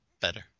better